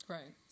Right